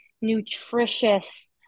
nutritious